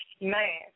Man